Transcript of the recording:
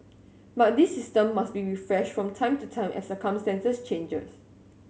but this system must be refreshed from time to time as circumstances changes